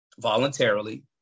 voluntarily